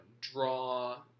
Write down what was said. draw